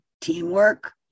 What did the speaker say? teamwork